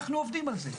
אנחנו עובדים על זה.